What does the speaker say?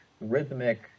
rhythmic